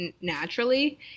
naturally